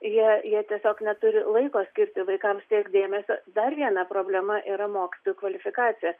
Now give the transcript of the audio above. jie jie tiesiog neturi laiko skirti vaikams tiek dėmesio dar viena problema yra mokytojų kvalifikacija